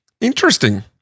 Interesting